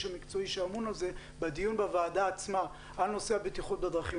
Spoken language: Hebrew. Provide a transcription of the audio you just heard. המקצועי שאמון על זה בדיון בוועדה עצמה על נושא הבטיחות בדרכים.